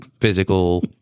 physical